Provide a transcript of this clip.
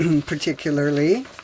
Particularly